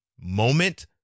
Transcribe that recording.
moment